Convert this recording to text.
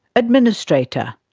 administrator,